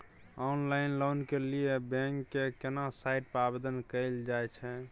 Online loan के लिए bank के केना साइट पर आवेदन कैल जाए छै?